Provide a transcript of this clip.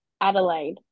Adelaide